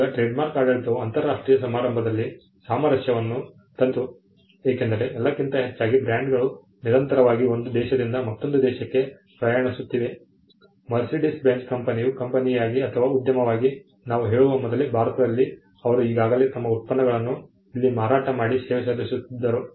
ಈಗ ಟ್ರೇಡ್ಮಾರ್ಕ್ ಆಡಳಿತವು ಅಂತಾರಾಷ್ಟ್ರೀಯ ಸಮಾರಂಭದಲ್ಲಿ ಸಾಮರಸ್ಯವನ್ನು ತಂದಿತು ಏಕೆಂದರೆ ಎಲ್ಲಕ್ಕಿಂತ ಹೆಚ್ಚಾಗಿ ಬ್ರ್ಯಾಂಡ್ಗಳು ನಿರಂತರವಾಗಿ ಒಂದು ದೇಶದಿಂದ ಮತ್ತೊಂದು ದೇಶಕ್ಕೆ ಪ್ರಯಾಣಿಸುತ್ತಿವೆ ಮರ್ಸಿಡಿಸ್ ಬೆಂಜ್ ಕಂಪನಿಯು ಕಂಪನಿಯಾಗಿ ಅಥವಾ ಉದ್ಯಮವಾಗಿ ನಾವು ಹೇಳುವ ಮೊದಲೇ ಭಾರತದಲ್ಲಿ ಅವರು ಈಗಾಗಲೇ ತಮ್ಮ ಉತ್ಪನ್ನಗಳನ್ನು ಇಲ್ಲಿ ಮಾರಾಟ ಮಾಡಿ ಸೇವೆ ಸಲ್ಲಿಸುತ್ತಿದ್ದರು